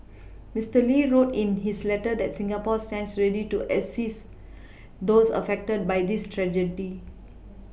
Mister Lee wrote in his letter that Singapore stands ready to assist those affected by this tragedy